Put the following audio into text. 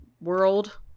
world